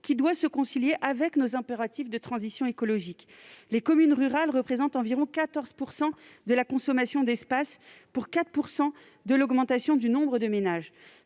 qui doit être concilié avec nos impératifs de transition écologique. Les communes rurales représentent environ 14 % de la consommation d'espace pour 4 % de l'augmentation du nombre de ménages.